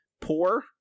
poor